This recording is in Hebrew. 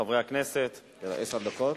חברי הכנסת,